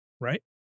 Right